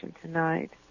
tonight